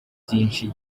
byinshi